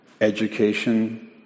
education